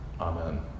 Amen